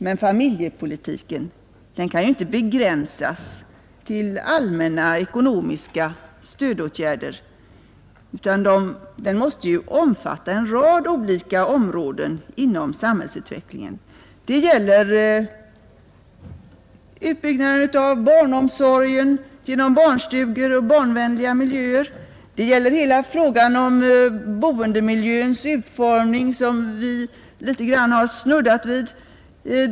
Men familjepolitiken kan ju inte begränsas till allmänna ekonomiska stödåtgärder, utan den måste omfatta en rad olika områden inom samhällsutvecklingen. Det gäller utbyggnaden av barnomsorgen genom barnstugor och barnvänliga miljöer. Det gäller hela frågan om boendemiljöns utformning, som vi litet grand har snuddat vid.